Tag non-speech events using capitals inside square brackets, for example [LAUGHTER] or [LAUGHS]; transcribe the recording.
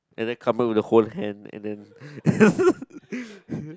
and then crumble with the whole hand and then [LAUGHS]